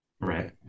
Right